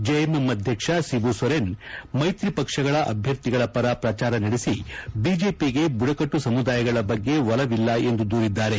JMM ಅಧ್ಯಕ್ಷ ಸಿಬುಸೊರೇನ್ ಮೈತ್ರಿ ಪಕ್ಷಗಳ ಅಭ್ಯರ್ಥಿಗಳ ಪರ ಪ್ರಚಾರ ನಡೆಸಿ ಬಿಜೆಪಿಗೆ ಬುಡಕಟ್ಟು ಸಮುದಾಯಗಳ ಬಗ್ಗೆ ಒಲವಿಲ್ಲ ಎಂದು ದೂರಿದ್ದಾರೆ